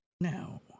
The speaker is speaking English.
Now